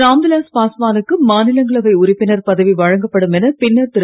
ராம்விலாஸ் பாஸ்வானுக்கு மாநிலங்களவை உறுப்பினர் பதவி வழங்கப்படும் என பின்னர் திரு